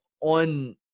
on